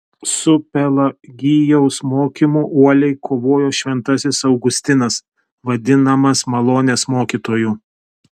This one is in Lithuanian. su pelagijaus mokymu uoliai kovojo šventasis augustinas vadinamas malonės mokytoju